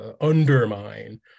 undermine